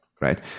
right